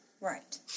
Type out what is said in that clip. Right